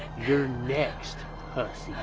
you're next hussy.